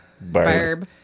Barb